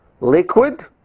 Liquid